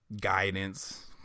guidance